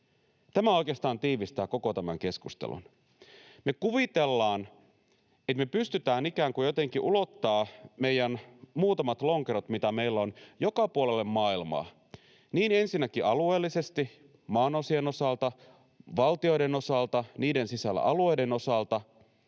Tämä oikeastaan tiivistää koko tämän keskustelun. Me kuvitellaan, että me pystytään ikään kuin jotenkin ulottamaan meidän muutamat lonkerot, mitä meillä on, joka puolelle maailmaa, ensinnäkin alueellisesti maanosien osalta, valtioiden osalta ja niiden sisällä alueiden osalta,